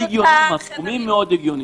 הסכומים ממש הגיוניים.